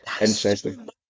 interesting